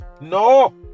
No